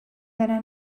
deiner